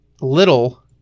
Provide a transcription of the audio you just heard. Little